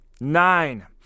Nine